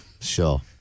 Sure